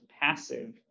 passive